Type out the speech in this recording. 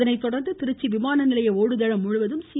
அதனைத்தொடா்ந்து திருச்சி விமான நிலைய ஓடுதளம் முழுவதும் சி